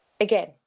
again